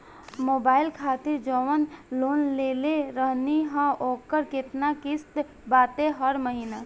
Mobile खातिर जाऊन loan लेले रहनी ह ओकर केतना किश्त बाटे हर महिना?